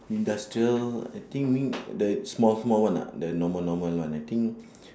industrial I think mean that small small one ah the normal normal one I think